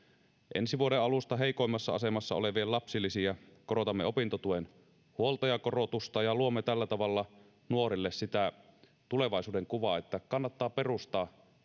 ensi vuoden alusta heikoimmassa asemassa olevien lapsilisiä korotamme opintotuen huoltajakorotusta ja luomme tällä tavalla nuorille sitä tulevaisuudenkuvaa että kannattaa perustaa